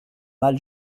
mal